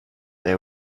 they